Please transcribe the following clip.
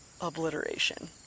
obliteration